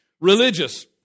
religious